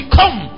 come